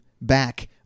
back